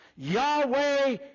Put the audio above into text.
Yahweh